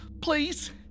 Please